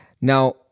now